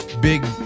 Big